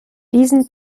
diesen